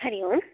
Hari Om